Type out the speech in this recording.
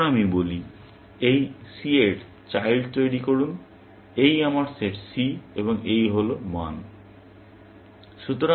তারপর আমি বলি এই C এর চাইল্ড তৈরি করুন এই আমার সেট c এবং এই হল মান